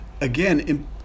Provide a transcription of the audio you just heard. again